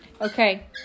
Okay